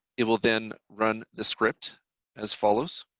it will then run the script as follows